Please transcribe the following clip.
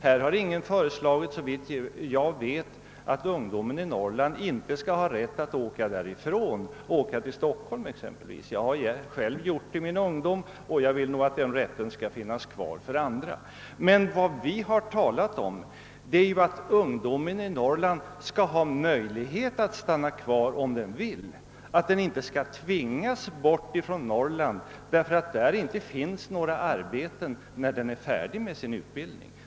Här har, såvitt jag vet, ingen föreslagit att ungdomen i Norrland inte skall ha rätt att åka därifrån, exempelvis till Stockholm. Det har jag själv gjort i min ungdom och vill att den rätten skall finnas kvar för andra. Men vi har sagt att ungdomen i Norrland skall kunna stanna kvar om den vill, att den inte skall tvingas bort från Norrland när den är färdig med sin utbildning, därför att det inte finns några arbeten där.